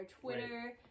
twitter